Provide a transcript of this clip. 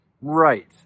Right